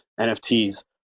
NFTs